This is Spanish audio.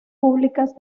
públicas